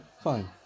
fine